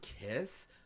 kiss